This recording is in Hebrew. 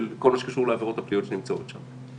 כל מה שקשור לעבירות הפליליות שנמצאות שם.